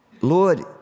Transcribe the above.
Lord